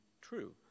true